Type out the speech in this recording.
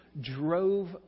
drove